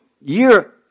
year